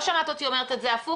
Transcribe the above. לא שמעת אותי אומרת את זה הפוך.